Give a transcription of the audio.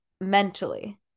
mentally